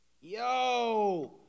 yo